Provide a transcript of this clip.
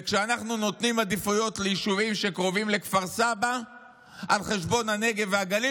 כשאנחנו נותנים עדיפות ליישובים שקרובים לכפר סבא על חשבון הנגב והגליל,